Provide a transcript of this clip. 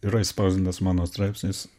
yra išspausdintas mano straipsnis